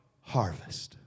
harvest